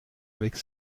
avec